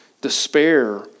despair